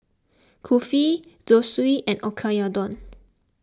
Kulfi Zosui and Oyakodon